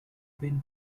been